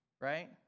right